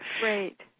Great